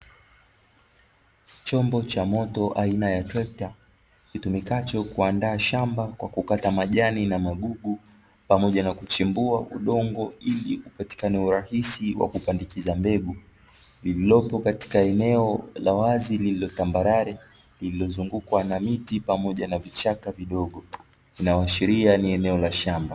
Chombo cha moto aina ya trekta, kitumikacho kuandaa shamba kwa kukata majani, na magugu, pamoja na kuchimbua udongo ili upatikane urahisi wakupandikiza mbegu, lililopo katika eneo la wazi lililo tambarale, lililozungukwa na miti pamoja na vichaka vidogo, linaloashiria ni eneo la shamba.